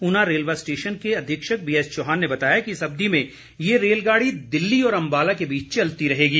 Una railway station के अधीक्षक BS Chauhan ने बताया कि इस अवधि में ये रेलगाड़ी दिल्ली और अंबाला के बीच चलती रहेगी